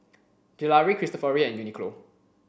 Gelare Cristofori and Uniqlo